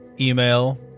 email